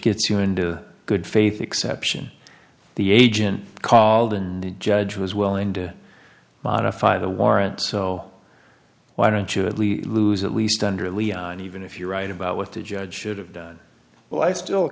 gets you into good faith exception the agent called and the judge was willing to modify the warrant so why don't you at least lose at least under leon even if you're right about what the judge should have done but i still